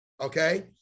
Okay